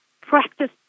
Practice